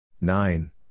Nine